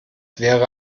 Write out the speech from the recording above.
wäre